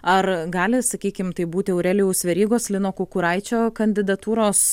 ar gali sakykim tai būti aurelijaus verygos lino kukuraičio kandidatūros